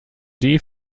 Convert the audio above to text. die